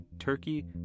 Turkey